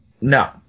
no